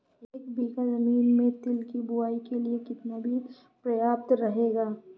एक बीघा ज़मीन में तिल की बुआई के लिए कितना बीज प्रयाप्त रहेगा?